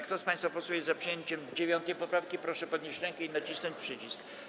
Kto z państwa posłów jest za przyjęciem 9. poprawki, proszę podnieść rękę i nacisnąć przycisk.